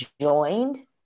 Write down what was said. joined